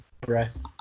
breath